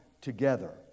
together